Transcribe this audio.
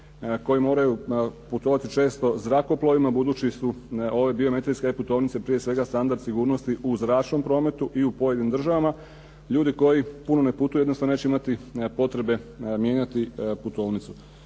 koji moraju putovati često zrakoplovima budući su ove biometrijske putovnice prije svega standard sigurnosti u zračnom prometu i u pojedinim državama. Ljudi koji puno ne putuju jednostavno neće imati potrebe mijenjati putovnicu.